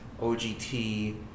OGT